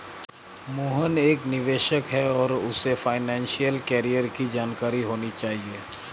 मोहन एक निवेशक है और उसे फाइनेशियल कैरियर की जानकारी होनी चाहिए